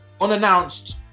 unannounced